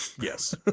Yes